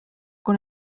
con